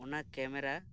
ᱚᱱᱟ ᱠᱮᱢᱮᱨᱟ